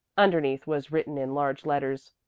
underneath was written in large letters,